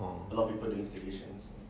oh